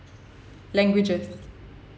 languages